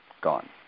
gone